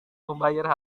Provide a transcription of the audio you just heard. membayar